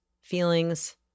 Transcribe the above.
feelings